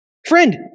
Friend